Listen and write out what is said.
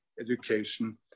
education